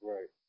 Right